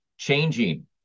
changing